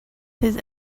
his